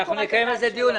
נקיים על זה דיון.